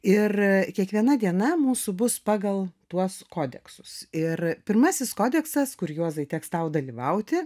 ir kiekviena diena mūsų bus pagal tuos kodeksus ir pirmasis kodeksas kur juozai teks tau dalyvauti